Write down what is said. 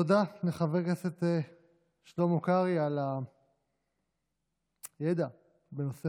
תודה לחבר הכנסת שלמה קרעי על הידע בנושא